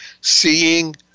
seeing